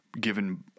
given